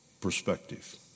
Perspective